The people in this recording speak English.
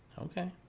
Okay